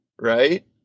right